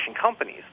companies